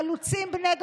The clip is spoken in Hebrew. חלוצים בני דורנו.